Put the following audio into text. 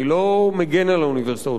אני לא מגן על האוניברסיטאות.